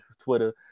Twitter